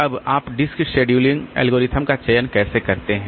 अब आप disk scheduling algorithm का चयन कैसे करते हैं